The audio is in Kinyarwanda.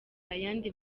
ayandi